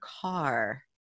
car